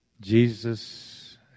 Jesus